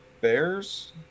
Bears